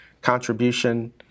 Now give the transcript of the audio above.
contribution